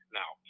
now